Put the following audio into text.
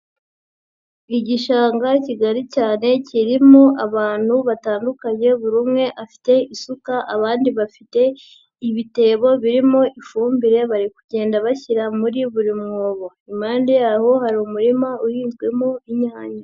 Igishanga kigari cyane kirimo abantu batandukanye buri umwe afite isuka, abandi bafite ibitebo birimo ifumbire bari kugenda bashyira muri buri mwobo, impande yaho hari umurima urinzwemo inyanya.